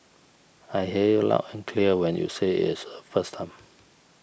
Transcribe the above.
I hear you loud and clear when you said is a first time